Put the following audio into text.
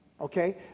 Okay